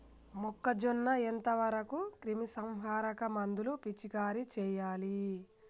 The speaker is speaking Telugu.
మొక్కజొన్న ఎంత వరకు క్రిమిసంహారక మందులు పిచికారీ చేయాలి?